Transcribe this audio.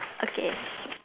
okay s~